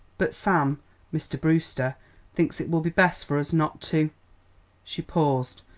but sam mr. brewster thinks it will be best for us not to she paused,